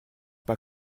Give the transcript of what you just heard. pas